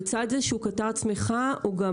לצד זה שהוא קטר צמיחה הוא גם,